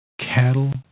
cattle